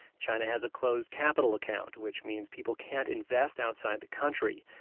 china has a closed capital account, which means people can't invest outside the country.